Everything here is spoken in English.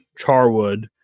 Charwood